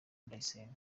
ndayisenga